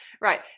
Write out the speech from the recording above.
Right